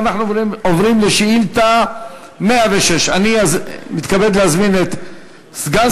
אנחנו עוברים לשאילתה 106. אני מתכבד להזמין את סגן